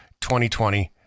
2020